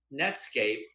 Netscape